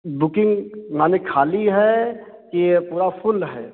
booking माने खाली है कि ये पूरा फुल है